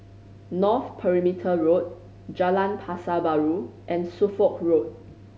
North Perimeter Road Jalan Pasar Baru and Suffolk Road